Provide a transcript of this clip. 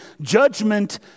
judgment